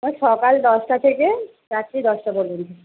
ঐ সকাল দশটা থেকে রাত্রি দশটা পর্যন্ত